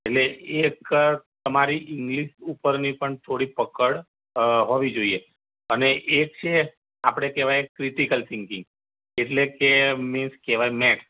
એટલે એક તમારી ઇંગ્લિશ ઉપરની પણ થોડીક પકડ અ હોવી જોઈએ અને એક છે આપણે કહેવાય ક્રિટીકલ થિંકિંગ એટલે કે મીન્સ કહેવાય મેથ્સ